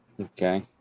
okay